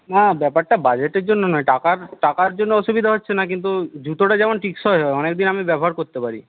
না ব্যাপারটা বাজেটের জন্য নয় টাকার টাকার জন্য অসুবিধা হচ্ছে না কিন্তু জুতোটা যেমন টেকসই হয় অনেকদিন আমি ব্যবহার করতে পারি